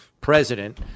president